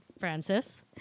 Francis